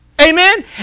Amen